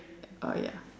uh ya